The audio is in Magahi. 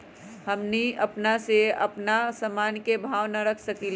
हमनी अपना से अपना सामन के भाव न रख सकींले?